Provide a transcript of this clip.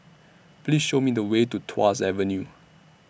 Please Show Me The Way to Tuas Avenue